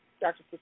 Dr